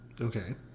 Okay